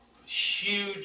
huge